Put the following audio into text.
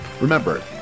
Remember